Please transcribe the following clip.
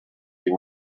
you